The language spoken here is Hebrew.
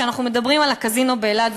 כשאנחנו מדברים על הקזינו באילת,